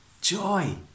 joy